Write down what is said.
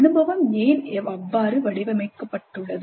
அனுபவம் ஏன் அவ்வாறு வடிவமைக்கப்பட்டுள்ளது